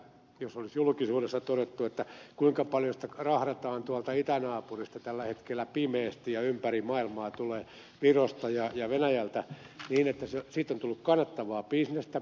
jos olisi julkisuudessa todettu kuinka paljon sitä rahdataan tuolta itänaapurista tällä hetkellä pimeästi ja ympäri maailmaa tulee virosta ja venäjältä niin että siitä on tullut kannattavaa bisnestä